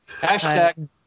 Hashtag